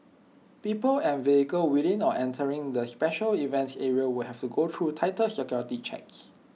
people and vehicles within or entering the special event areas will have to go through tighter security checks